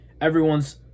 Everyone's